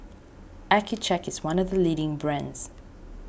Accucheck is one of the leading brands